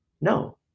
no